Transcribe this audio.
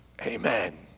Amen